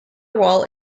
wall